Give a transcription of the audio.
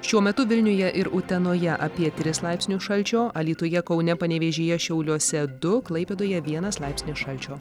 šiuo metu vilniuje ir utenoje apie tris laipsnius šalčio alytuje kaune panevėžyje šiauliuose du klaipėdoje vienas laipsnis šalčio